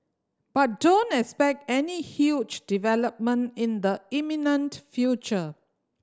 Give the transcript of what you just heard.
but don't expect any huge development in the imminent future